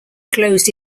closed